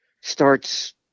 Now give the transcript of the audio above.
starts